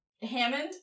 Hammond